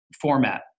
format